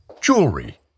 jewelry